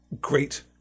great